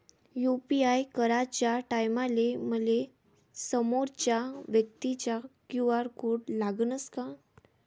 UPI कराच्या टायमाले मले समोरच्या व्यक्तीचा क्यू.आर कोड लागनच का?